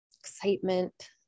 Excitement